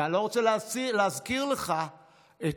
ואני לא רוצה להזכיר לך את